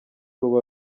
ruba